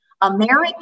American